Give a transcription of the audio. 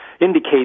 indicate